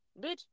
Bitch